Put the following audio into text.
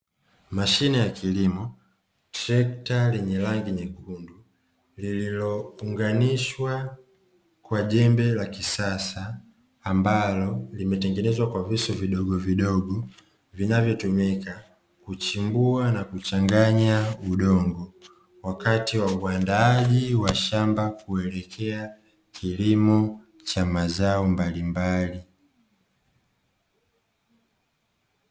Mashine ya kilimo, trekta lenye rangi nyekundu; lililounganishwa kwa jembe la kisasa ambalo limetengenezwa kwa visu vidogovidogo; vinavotumika kuchimbua na kuchanganya udongo wakati wa uandaaji wa shamba, kuelekea kilimo cha mazao mbalimbali.